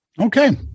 Okay